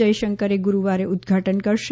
જયશંકર ગુરૂવારે ઉદઘાટન કરશે